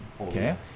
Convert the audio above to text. okay